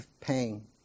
pain